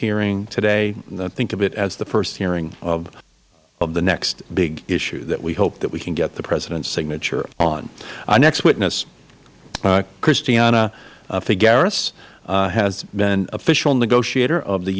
hearing today think of it as the first hearing on the next big issue that we hope that we can get the president's signature on our next witness christiana figueres has been official negotiator of the